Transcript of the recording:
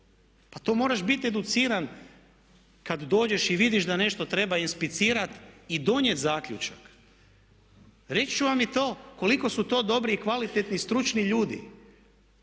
Pa to moraš biti educiran kad dođeš i vidiš da nešto treba inspicirati i donijeti zaključak. Reći ću vam i to koliko su to dobri i kvalitetni stručni ljudi.